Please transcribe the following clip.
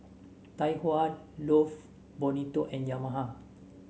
Tai Hua Love Bonito and Yamaha